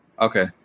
Okay